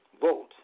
vote